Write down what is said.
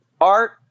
Art